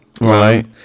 Right